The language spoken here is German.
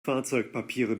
fahrzeugpapiere